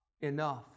enough